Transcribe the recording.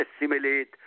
assimilate